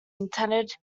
intended